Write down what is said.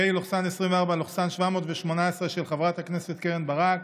פ/718/24, של חברת הכנסת קרן ברק,